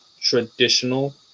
traditional